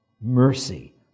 mercy